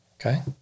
Okay